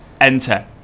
enter